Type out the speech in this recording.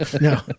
No